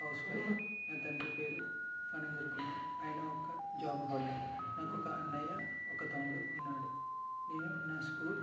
house wife నా తండ్రి పేరు ఫనీంద్ర కుమార్ ఆయన ఒక జాబ్ హోల్డర్ నాకు ఒక అన్నయ్య ఒక తమ్ముడు ఉన్నాడు నేను నా స్కూల్